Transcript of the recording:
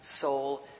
soul